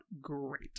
great